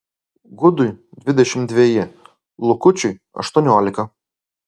gudui dvidešimt dveji lukučiui aštuoniolika